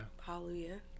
Hallelujah